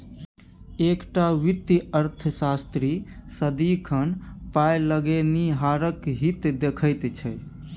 एकटा वित्तीय अर्थशास्त्री सदिखन पाय लगेनिहारक हित देखैत छै